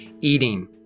eating